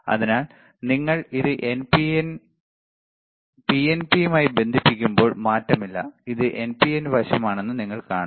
അതിനാൽ നിങ്ങൾ ഇത് പിഎൻപിയുമായി ബന്ധിപ്പിക്കുമ്പോൾ മാറ്റമില്ല ഇത് പിഎൻപി വശമാണെന്ന് നിങ്ങൾ കാണുന്നു